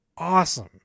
Awesome